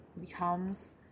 becomes